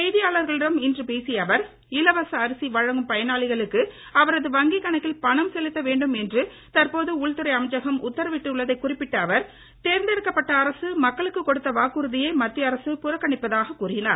செய்தியாளர்களிடம் இன்று பேசிய அவர் இலவச அரிசி வழங்கும் பயனாளிகளுக்கு அவரது வங்கிக் கணக்கில் பணம் செலுத்த வேண்டும் உத்தரவிட்டுள்ளதை குறிப்பிட்ட அவர் தேர்ந்தெடுக்கப்பட்ட அரசு மக்களுக்கு கொடுத்த வாக்குறுதியை மத்திய அரசு புறக்கணிப்பதாக கூறினார்